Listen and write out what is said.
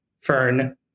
Fern